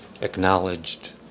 acknowledged